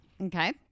Okay